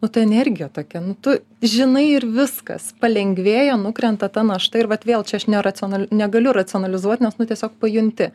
nu ta energija tokia nu tu žinai ir viskas palengvėja nukrenta ta našta ir vat vėl čia neracional negaliu racionalizuot nes nu tiesiog pajunti